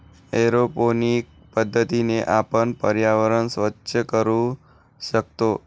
aeroponic पद्धतीने आपण पर्यावरण स्वच्छ करू शकतो